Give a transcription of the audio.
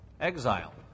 exile